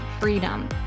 freedom